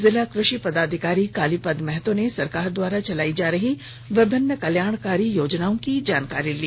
जिला कृषि पदाधिकारी कालीपद महतो ने सरकार द्वारा चलाई जा रही विभिन्न कल्याणकारी योजनाओं की जानकारी दी